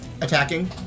attacking